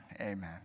amen